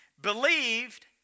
believed